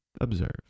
observe